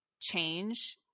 change